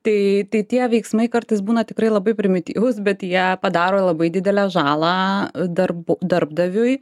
tai tai tie veiksmai kartais būna tikrai labai primityvūs bet jie padaro labai didelę žalą darbų darbdaviui